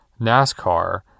NASCAR